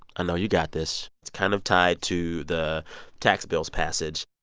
i know you got this. it's kind of tied to the tax bill's passage.